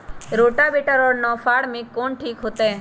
Rotavator और नौ फ़ार में कौन ठीक होतै?